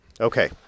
okay